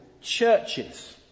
churches